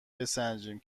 بسنجیم